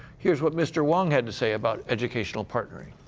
here's what mr. wong had to say about educational partnering.